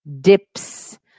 dips